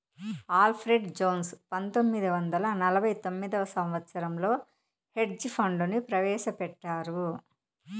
Alfred Jones పంతొమ్మిది వందల నలభై తొమ్మిదవ సంవచ్చరంలో హెడ్జ్ ఫండ్ ను ప్రవేశపెట్టారు